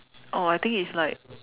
oh I think it's like